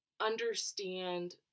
understand